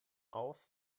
auf